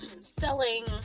selling